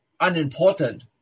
Unimportant